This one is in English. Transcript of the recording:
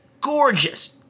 gorgeous